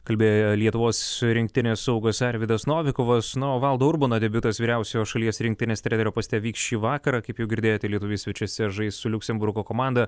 kalbėjo lietuvos rinktinės saugas arvydas novikovas na o valdo urbono debiutas vyriausiojo šalies rinktinės trenerio poste vyks šį vakarą kaip jau girdėjote lietuviai svečiuose žais su liuksemburgo komanda